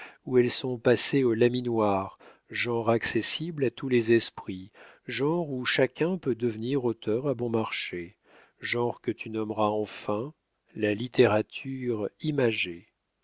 où elles sont passées au laminoir genre accessible à tous les esprits genre où chacun peut devenir auteur à bon marché genre que tu nommeras enfin la littérature